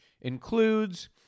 includes